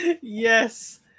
Yes